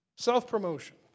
Self-promotion